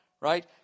right